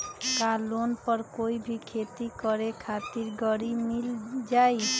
का लोन पर कोई भी खेती करें खातिर गरी मिल जाइ?